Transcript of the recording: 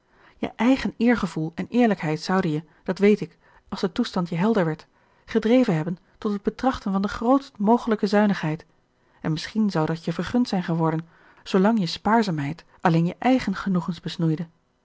je eigen eergevoel en eerlijkheid zouden je dat weet ik als de toestand je helder werd gedreven hebben tot het betrachten van de grootst mogelijke zuinigheid en misschien zou dat je vergund zijn geworden zoolang je spaarzaamheid alleen je eigen genoegens besnoeide